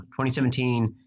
2017